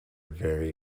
very